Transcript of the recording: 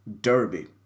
Derby